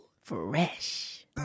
Fresh